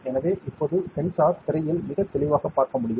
எனவே இப்போது சென்சார் திரையில் மிகத் தெளிவாக பார்க்க முடியும்